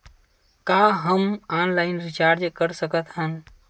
का हम online recharge कर सकत हन?